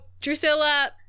drusilla